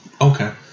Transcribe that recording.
Okay